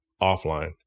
offline